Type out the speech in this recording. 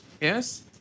yes